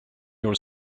your